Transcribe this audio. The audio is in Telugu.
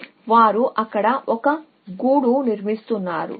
ఆ చీమలు అక్కడ ఒక గూడు నిర్మిస్తున్నాయి